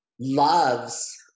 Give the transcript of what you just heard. loves